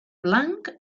blanc